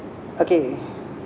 okay